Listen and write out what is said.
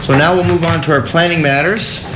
now we'll move on to our planning matters.